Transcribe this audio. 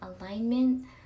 alignment